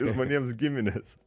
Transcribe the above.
žmonėms gimines